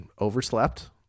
overslept